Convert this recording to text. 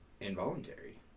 involuntary